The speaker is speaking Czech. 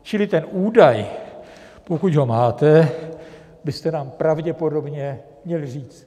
Čili ten údaj, pokud ho máte, byste nám pravděpodobně měli říct.